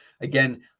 Again